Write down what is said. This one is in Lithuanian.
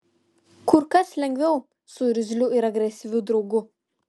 kur kas lengviau su irzliu ir agresyviu draugu